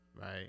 Right